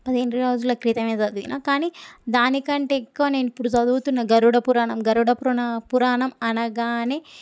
పదిహేను రోజుల క్రితమే చదివిన కానీ దానికంటే ఎక్కువ నేను ఇప్పుడు చదువుతున్న గరుడ పురాణం గరుడ పురణ పురాణం అనగానే